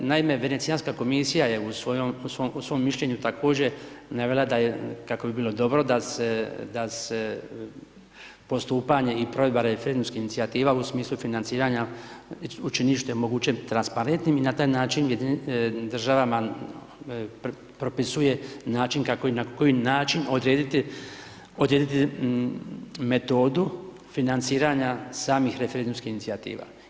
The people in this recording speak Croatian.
Naime, Venecijanska komisija je u svom mišljenju također navela da je, kako bi bilo dobro da se postupanje i provedba referendumskih inicijativa u smislu financiranja učini što je moguće transparentnim i na taj način državama propisuje način kako i na koji način odrediti metodu financiranja samih referendumskih inicijativa.